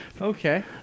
okay